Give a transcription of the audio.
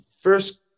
first